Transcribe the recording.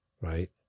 Right